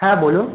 হ্যাঁ বলুন